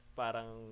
parang